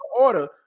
order